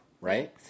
right